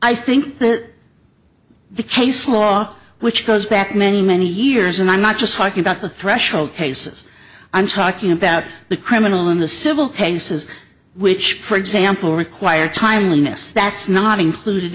i think that the case law which goes back many many years and i'm not just talking about the threshold cases i'm talking about the criminal in the civil cases which for example require timeliness that's not included